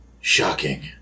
Shocking